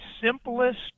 simplest